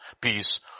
peace